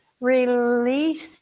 Release